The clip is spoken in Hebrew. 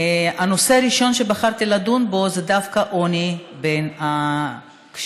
הנושא הראשון שבחרתי לדון בו זה דווקא עוני בקרב הקשישים,